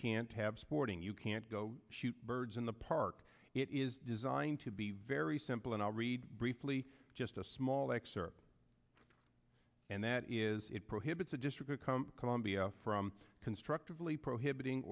can't have sporting you can't go shoot birds in the park it is designed to be very simple and i'll read briefly just a small excerpt and that is it prohibits the district of columbia from constructively prohibiting